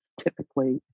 typically